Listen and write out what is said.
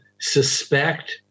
suspect